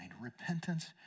Repentance